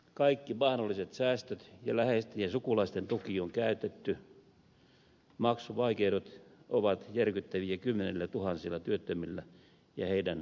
kaikki mahdolliset säästöt ja läheisten ja sukulaisten tuki on käytetty maksuvaikeudet ovat järkyttäviä kymmenillätuhansilla työttömillä ja heidän perheillään